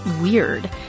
weird